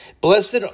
Blessed